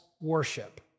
worship